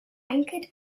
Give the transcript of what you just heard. anchored